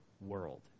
world